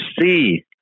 see